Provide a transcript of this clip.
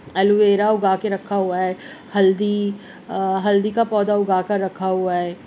aloe vera اگا کے رکھا ہوا ہے ہلدی ہلدی کا پودا اگا کر رکھا ہوا ہے